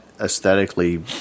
aesthetically